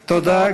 תודה.